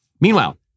Meanwhile